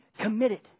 committed